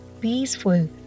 peaceful